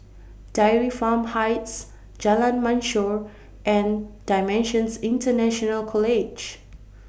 Dairy Farm Heights Jalan Mashor and DImensions International College